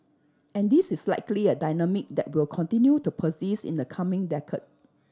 and this is likely a dynamic that will continue to persist in the coming decade